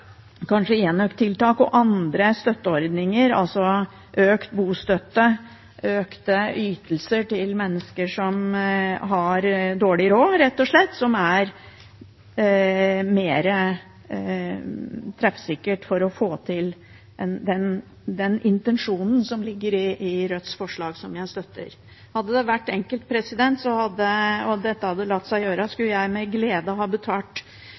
kanskje enøktiltak og andre støtteordninger, altså økt bostøtte og økte ytelser til mennesker som har dårlig råd rett og slett, mer treffsikkert for å få til den intensjonen som ligger i Rødts forslag, som jeg støtter. Hadde det vært enkelt og latt seg gjøre, skulle jeg med glede ha betalt